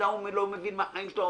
יגידו ההוא לא מבין מהחיים שלו,